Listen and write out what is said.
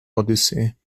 odyssee